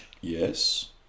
Yes